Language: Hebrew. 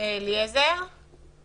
ולראות את ההיערכות של משרדי